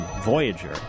Voyager